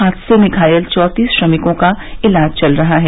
हादसे में घायल चौंतीस श्रमिकों का इलाज चल रहा है